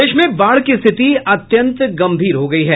प्रदेश में बाढ़ की स्थिति अत्यंत गम्भीर हो गयी है